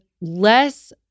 less